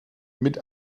mit